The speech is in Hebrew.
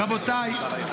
רבותיי,